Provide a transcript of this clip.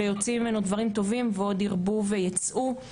ויוצאים ממנו דברים טובים ועוד ירבו וייצאו.